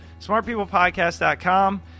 Smartpeoplepodcast.com